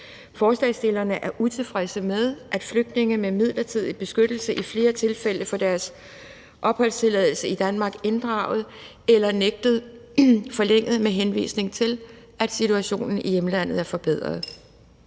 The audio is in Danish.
Forslagsstillerne er utilfredse med, at flygtninge med midlertidig beskyttelse i flere tilfælde får deres opholdstilladelse i Danmark inddraget eller nægtet forlænget med henvisning til, at situationen i hjemlandet er forbedret.